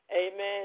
Amen